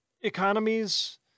economies